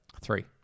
Three